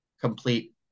complete